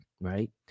right